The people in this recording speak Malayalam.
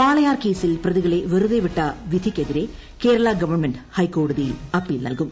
വാളയാർ കേസിൽ പ്രതികള്ള് വെറുതെ വിട്ട വിധിയ്ക്കെതിരെ ന് കേരള ഗവൺമെന്റ് ഹൈക്ക്കോടതിയിൽ അപ്പീൽ നൽകും